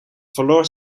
verloor